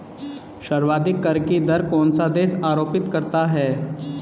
सर्वाधिक कर की दर कौन सा देश आरोपित करता है?